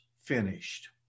finished